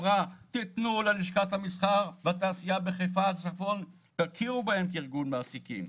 אמרה - תכירו בלשכת המסחר והתעשייה בחיפה והצפון כארגון מעסיקים.